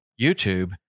YouTube